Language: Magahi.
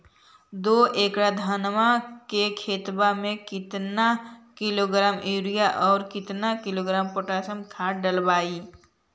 दो एकड़ धनमा के खेतबा में केतना किलोग्राम युरिया और केतना किलोग्राम पोटास खाद डलबई?